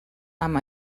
amb